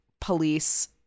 police